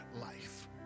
life